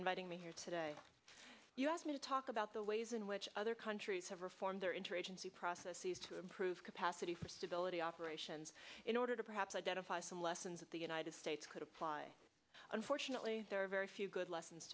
inviting me here today you asked me to talk about the ways in which other countries have reformed their interagency process sees to improve capacity for stability operations in order to perhaps identify some lessons that the united states could apply unfortunately there are very few good lessons